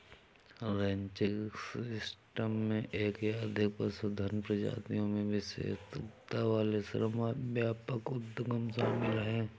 ranching system में एक या अधिक पशुधन प्रजातियों में विशेषज्ञता वाले श्रम व्यापक उद्यम शामिल हैं